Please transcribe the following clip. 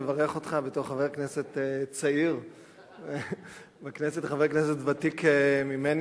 לברך אותך בתור חבר כנסת צעיר בכנסת לחבר כנסת ותיק ממני.